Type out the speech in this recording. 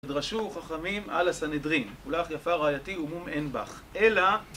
דרשו חכמים על הסנהדרין, כולך יפה רעייתי ומום אין בך, אלא